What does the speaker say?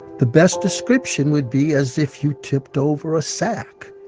the best description would be as if you tipped over a sack.